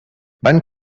van